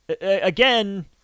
Again